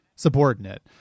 Subordinate